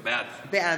זה לא מסודר,